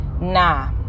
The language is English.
nah